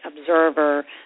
observer